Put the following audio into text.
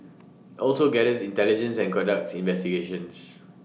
also gathers intelligence and conducts investigations